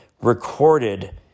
recorded